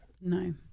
No